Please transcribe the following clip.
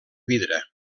vidre